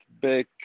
big